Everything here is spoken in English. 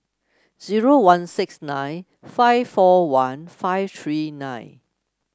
zero one six nine five four one five three nine